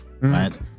right